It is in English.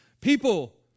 People